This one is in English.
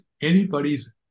anybody's